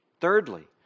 Thirdly